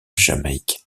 jamaïque